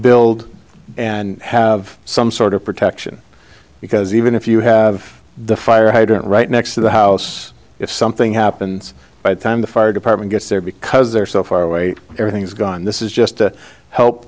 build and have some sort of protection because even if you have the fire hydrant right next to the house if something happens by the time the fire department gets there because they're so far away everything's gone this is just to help